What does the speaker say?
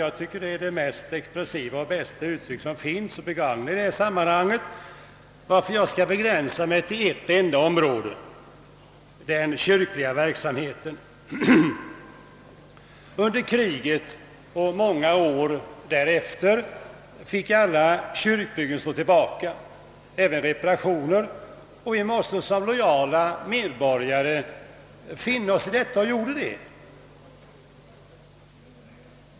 Jag tycker att det är det mest expressiva och bästa uttryck som finns att begagna i detta sammanhang. Jag skall begränsa mitt anförande till att beröra ett enda område, nämligen den kyrkliga verksamheten. Under kriget och många år därefter fick alla kyrkbyggen stå tillbaka, även reparationer, och vi måste som lojala medborgare finna oss i detta och gjorde det.